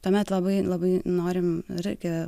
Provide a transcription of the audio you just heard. tuomet labai labai norim irgi